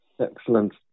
Excellent